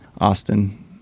Austin